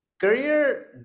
career